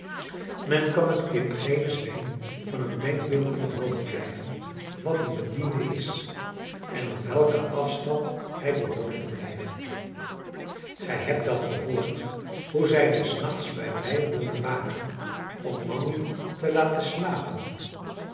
men kan het kind geen zweem van een denkbeeld in het hoofd krijgen wat een bediende is en op welken afstand hij behoort te blijven gij hebt wel gehoord hoe zij des nachts bij mij wilde waken om mammy te laten slapen